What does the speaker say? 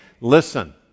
Listen